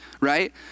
right